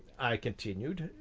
i continued,